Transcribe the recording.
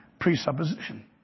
presupposition